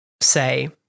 say